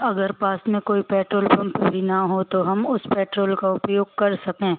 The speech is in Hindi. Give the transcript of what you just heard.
अगर पास में कोई पेट्रोल पंप भी ना हो तो हम उस पेट्रोल का उपयोग कर सकें